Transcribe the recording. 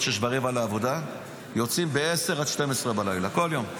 06:15 לעבודה ויוצאים ב-22:00 עד 24:00 כל יום.